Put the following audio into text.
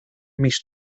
mis